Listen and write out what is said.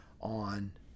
on –